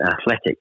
athletic